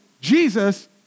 Jesus